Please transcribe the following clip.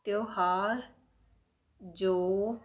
ਤਿਉਹਾਰ ਜੋ